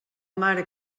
mare